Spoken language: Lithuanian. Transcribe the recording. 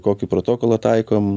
kokį protokolą taikom